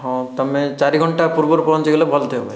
ହେଉ ତୁମେ ଚାରି ଘଣ୍ଟା ପୂର୍ବରୁ ପହଞ୍ଚିଗଲେ ଭଲ ଥିବ ଭାଇ